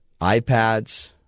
iPads